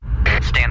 Stand